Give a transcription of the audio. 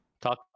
Talk